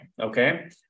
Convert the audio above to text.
Okay